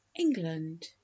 england